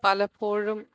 പലപ്പോഴും